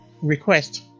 request